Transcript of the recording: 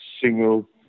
single